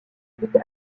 route